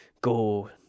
go